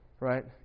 right